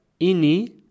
ini